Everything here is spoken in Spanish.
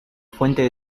fuentes